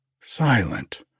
silent